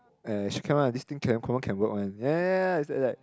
uh she come ah this thing confirm can work one ya ya ya it's like